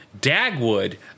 Dagwood